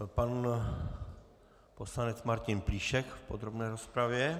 Pan poslanec Martin Plíšek v podrobné rozpravě.